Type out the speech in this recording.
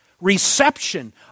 reception